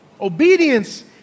Obedience